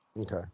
okay